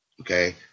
Okay